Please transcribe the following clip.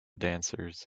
dancers